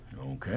Okay